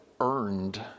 earned